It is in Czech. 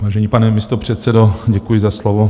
Vážený pane místopředsedo, děkuji za slovo.